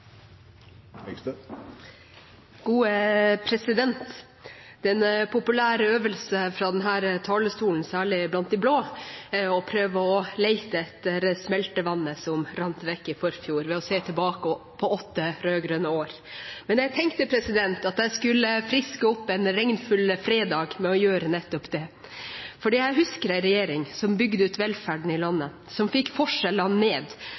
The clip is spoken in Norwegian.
populær øvelse fra denne talerstolen, særlig blant de blå, å prøve å lete etter smeltevannet som rant vekk i forfjor, ved å se tilbake på åtte rød-grønne år. Jeg tenkte jeg skulle friske opp en regnfull fredag med å gjøre nettopp det. Jeg husker en regjering som bygde ut velferden i landet, som fikk forskjellene ned,